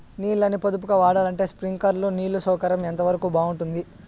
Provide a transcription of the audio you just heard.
నీళ్ళ ని పొదుపుగా వాడాలంటే స్ప్రింక్లర్లు నీళ్లు సౌకర్యం ఎంతవరకు బాగుంటుంది?